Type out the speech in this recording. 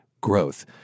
growth